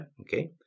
Okay